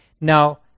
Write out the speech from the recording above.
Now